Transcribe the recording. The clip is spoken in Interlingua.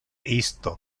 isto